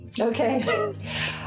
Okay